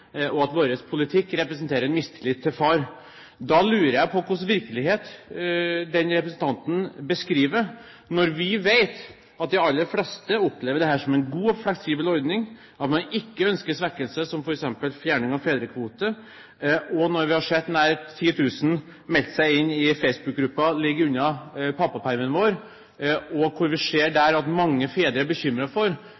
og at vår politikk representerer en «mistillit til far». Jeg lurer på hva slags virkelighet den representanten beskriver når vi vet at de aller fleste opplever dette som en god og fleksibel ordning, og at man ikke ønsker en svekkelse, ved f.eks. fjerning av fedrekvote. Vi har sett at nær 10 000 har meldt seg inn i Facebook-gruppen «Ligg unna pappapermen vår!». Der ser vi